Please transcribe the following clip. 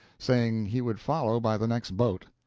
saying he would follow by the next boat.